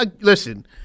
listen